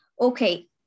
okay